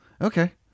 okay